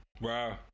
Wow